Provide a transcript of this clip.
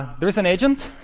there's an agent.